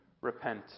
repent